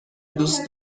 دوست